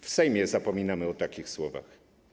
W Sejmie zapominamy o takich słowach.